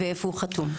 ואיפה הוא חתום?